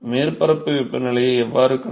மேற்பரப்பு வெப்பநிலையை எவ்வாறு கண்டுபிடிப்பது